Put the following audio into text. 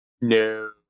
No